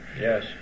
Yes